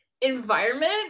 environment